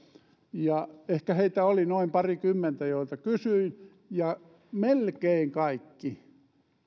heitä oli ehkä noin parikymmentä joilta kysyin ja melkein kaikki